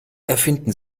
erfinden